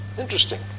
Interesting